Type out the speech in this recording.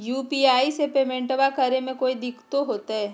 UPI से पेमेंटबा करे मे कोइ दिकतो होते?